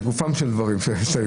לגופן של ההסתייגויות.